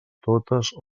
totes